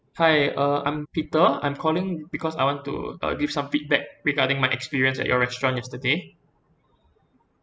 hi uh I'm peter I'm calling because I want to uh give some feedback regarding my experience at your restaurant yesterday